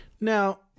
Now